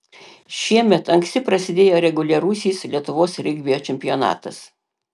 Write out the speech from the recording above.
šiemet anksti prasidėjo reguliarusis lietuvos regbio čempionatas